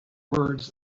words